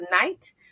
tonight